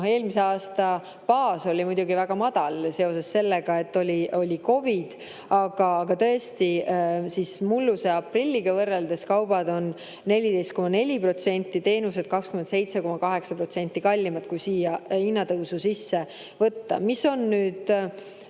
Eelmise aasta baas oli muidugi väga madal seoses sellega, et oli COVID, aga tõesti, mulluse aprilliga võrreldes kaubad on 14,4% ja teenused 27,8% kallimad, kui siia hinnatõusu sisse võtta. Mis on